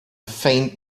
faint